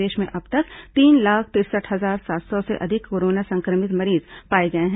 प्रदेश में अब तक तीन लाख तिरसठ हजार सात सौ से अधिक कोरोना संक्रमित मरीज पाए गए हैं